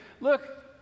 look